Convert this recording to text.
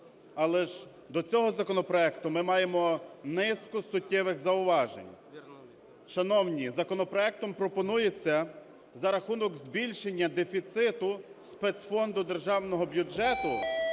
Але ж до цього законопроекту ми маємо низку суттєвих зауважень. Шановні, законопроектом пропонується за рахунок збільшення дефіциту спецфонду державного бюджету